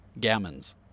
Gammons